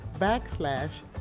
backslash